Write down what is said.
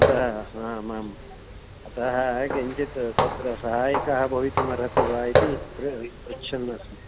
अतः अस्मान् माम् अतः किञ्चित् तत्र सहायकः भवितुम् अर्हति वा इति पृ पृच्छन्नस्मि